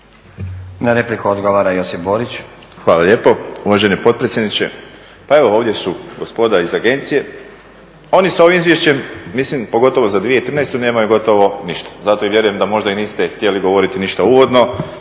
Borić. **Borić, Josip (HDZ)** Hvala lijepo uvaženi potpredsjedniče. Pa evo ovdje su gospoda iz agencije. Oni sa ovim izvješćem, mislim pogotovo za 2013. nemaju gotovo ništa, zato i vjerujem da možda i niste htjeli govoriti ništa uvodno